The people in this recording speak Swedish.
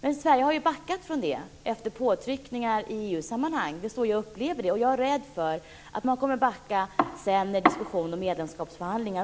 Men Sverige har ju backat från det efter påtryckningar i EU-sammanhang. Det är så jag upplever det. Jag är rädd för att man kan kommer att backa även under diskussioner om medlemskapsförhandlingar.